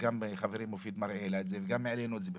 שגם חברי מופיד מרעי העלה את זה וגם העלינו את זה בפנייך.